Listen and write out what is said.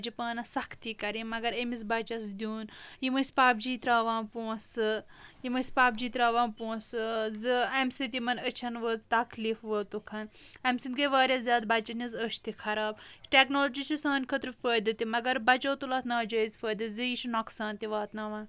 پانَس سختی کَرٕنۍ مَگر أمِس بَچس دیُن یِم ٲسۍ پب جی ترٛاوان پۄنٛسہٕ یِم ٲسۍ پب جی ترٛاوان پۄنٛسہٕ زِ اَمہِ سۭتۍ یِمن أچھن وٲژ تکلیٖف ووٚتُکھ ہَن اَمہِ سۭتۍ گٔیہِ واریاہ زیادٕ بَچن ہٕنٛز أچھ تہِ خراب ٹیکنالوجی چھِ سانہِ خٲطرٕ فٲیدٕ تہِ مَگر بَچو تُل اَتھ ناجٲیِز فٲیدٕ زِ یہِ چُھ نۅقصان تہِ واتناوان